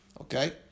okay